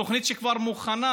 תוכנית שכבר מוכנה.